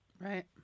Right